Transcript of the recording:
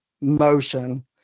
motion